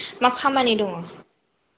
मा खामानि दङ